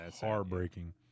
heartbreaking